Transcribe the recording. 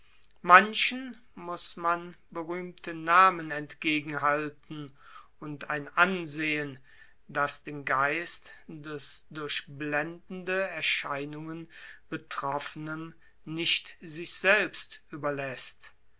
manchen muß man berühmte namen entgegenhalten und ein ansehen das den geist des durch blendende erscheinungen betroffenem nicht sich selbst überläßt